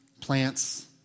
plants